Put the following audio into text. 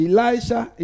Elijah